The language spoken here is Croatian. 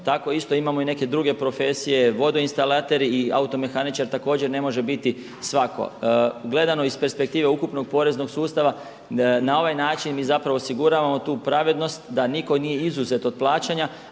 tako isto imamo i neke druge profesije vodoinstalater, automehaničar također ne može biti svatko. Gledano iz perspektive ukupnog poreznog sustava na ovaj način mi zapravo osiguravamo tu pravednost da nitko nije izuzet od plaćanja